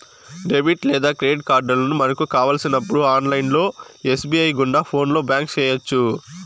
debit లేదా credit కార్డులను మనకు కావలసినప్పుడు ఆన్లైన్ ఎస్.బి.ఐ గుండా ఫోన్లో బ్లాక్ చేయొచ్చు